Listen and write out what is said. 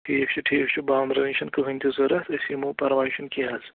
ٹھیٖک چھُ ٹھیٖک چھُ بامبرٕنٕچ چھَنہٕ کٕہۭنۍ تہِ ضوٚرَتھ أسۍ یِمو پَرواے چھُنہٕ کیٚنٛہہ حظ